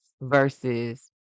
versus